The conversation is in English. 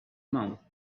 mouth